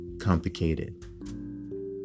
complicated